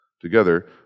Together